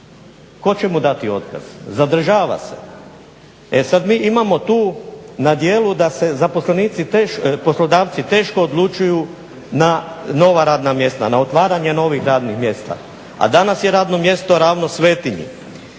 tko će mu dati otkaz, zadržava se. E sad mi imamo tu na djelu da se poslodavci teško odlučuju na nova radna mjesta, na otvaranje novih radnih mjesta, a danas je radno mjesto ravno svetinji.